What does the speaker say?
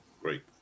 Great